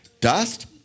Dust